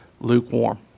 lukewarm